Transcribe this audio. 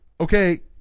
okay